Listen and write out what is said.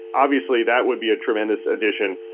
obviously, that would be a tremendous addition.